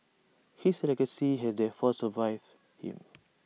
his legacy has therefore survived him